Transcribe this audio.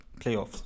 playoffs